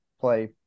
play